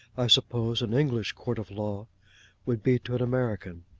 i suppose, an english court of law would be to an american.